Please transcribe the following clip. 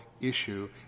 issue